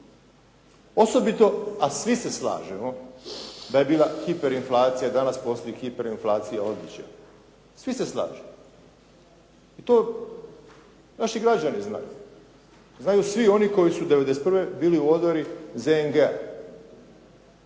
Osobito, a svi se slažemo da je bila hiperinflacija, i danas postoji hiperinflacija odličja. Svi se slažemo. I to naši građani znaju. Znaju svi oni koji su '91. bili u odori ZNG-a.